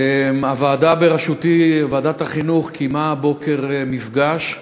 הוועדה בראשותי, ועדת החינוך, קיימה הבוקר מפגש,